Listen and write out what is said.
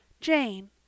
Jane